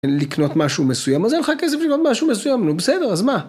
לקנות משהו מסוים אז אין לך כסף לקנות משהו מסוים נו בסדר אז מה.